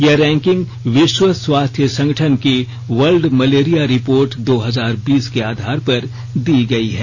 यह रैकिंग विश्व स्वास्थ्य संगठन की वर्ल्ड मलेरिया रिपोर्ट दो हजार बीस के आधार पर दी गयी है